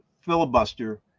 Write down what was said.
filibuster